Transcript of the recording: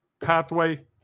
pathway